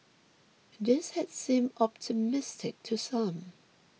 this had seemed optimistic to some